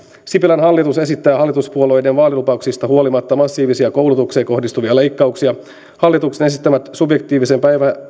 sipilän hallitus esittää hallituspuolueiden vaalilupauksista huolimatta massiivisia koulutukseen kohdistuvia leikkauksia hallituksen esittämät subjektiivisen